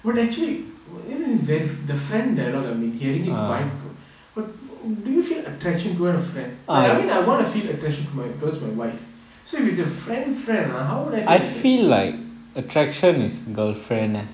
would actually even if very the friend that a lot I've being hearing quite do you feel attraction toward a friend like I mean I want to feel attracted to my towards my wife so if it's a friend friend ah how would I feel like attracted